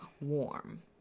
warm